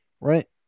right